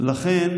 השופט